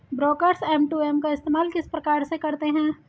Brokers M two M का इस्तेमाल किस प्रकार से करते हैं?